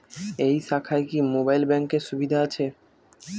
এই শাখায় কি মোবাইল ব্যাঙ্কের সুবিধা আছে?